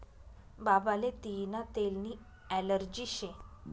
बाबाले तियीना तेलनी ॲलर्जी शे